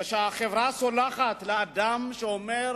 כשהחברה סולחת לאדם שאומר